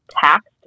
taxed